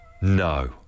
No